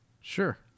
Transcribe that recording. Sure